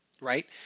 right